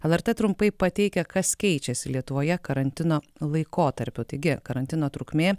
lrt trumpai pateikia kas keičiasi lietuvoje karantino laikotarpiu taigi karantino trukmė